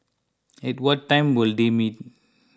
at what time will they meet